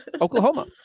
Oklahoma